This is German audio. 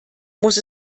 muss